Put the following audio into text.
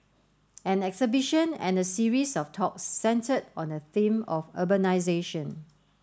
an exhibition and a series of talks centred on the theme of urbanisation